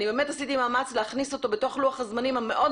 אני באמת עשיתי מאמץ להכניס אותו בתוך לוח הזמנים המאוד